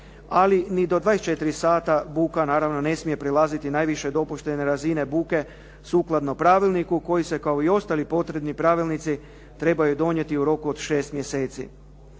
ali ni do 24,00 sata buka naravno ne smije prelaziti najviše dopuštene razine buke, sukladno pravilniku koji se kao i ostali potrebni pravilnici trebaju donijeti u roku od 6 mjeseci.